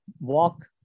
walk